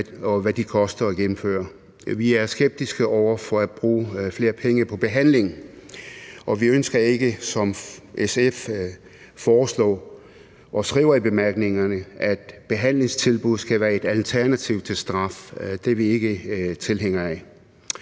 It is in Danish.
og hvad de koster at indføre. Vi er skeptiske over for at bruge flere penge på behandling, og vi ønsker ikke, som SF foreslår og skriver i bemærkningerne, at behandlingstilbud skal være et alternativ til straf. Det er vi ikke tilhængere af.